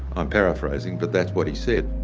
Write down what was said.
i'm paraphrasing but that's what he said.